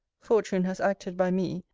fortune has acted by me,